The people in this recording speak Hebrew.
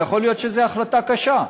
ויכול להיות שזו החלטה קשה.